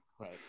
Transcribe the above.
Right